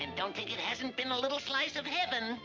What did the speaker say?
and don't take it hasn't been a little slice of heaven